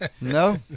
No